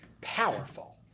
Powerful